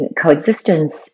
coexistence